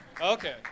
Okay